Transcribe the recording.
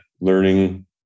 learning